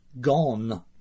gone